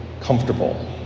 comfortable